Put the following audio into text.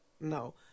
No